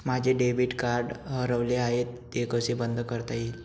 माझे debit card हरवले आहे ते कसे बंद करता येईल?